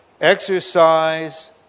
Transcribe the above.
exercise